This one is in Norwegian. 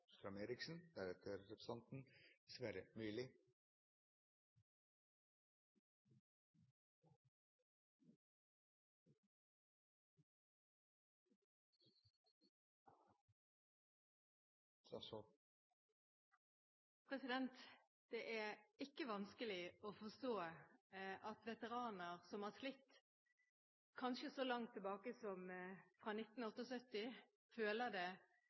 Det er ikke vanskelig å forstå at veteraner som har slitt, kanskje så langt tilbake som fra 1978, føler det